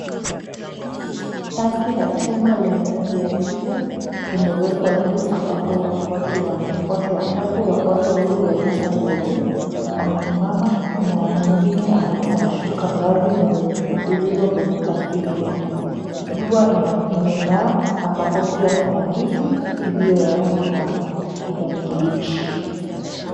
Tanki la chuma lenye rangi ya jivu, limewekwa juu ambapo watu wawili walioko huko juu wamesimama na mwingine anashuka ngazi zilizo kwenye tanki hiyo. Jua imeng'aa ambapo pia kuna miti iliyo ya rangi ya kijani kibichi.